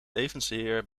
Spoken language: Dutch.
evenzeer